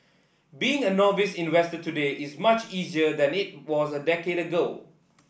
being a novice investor today is much easier than it was a decade ago